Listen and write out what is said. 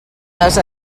les